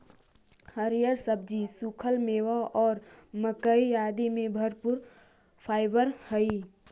हरिअर सब्जि, सूखल मेवा और मक्कइ आदि में भरपूर फाइवर हई